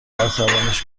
عصبانیش